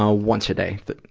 ah once a day.